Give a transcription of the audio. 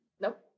Nope